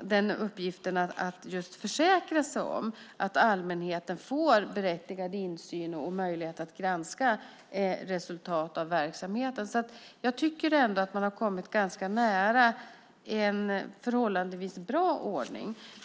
anledning av uppgiften att man måste försäkra sig om att allmänheten får berättigad insyn och möjlighet att granska resultat av verksamheten. Jag tycker ändå att man har kommit ganska nära en förhållandevis bra ordning.